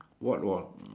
what was